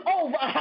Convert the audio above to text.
over